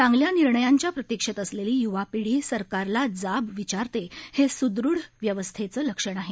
चांगल्या निर्णयांच्या प्रतिक्षेत असलेली युवा पीढी सरकारला जाब विचारते हे सदृढ व्यवस्थेचं लक्षण आहे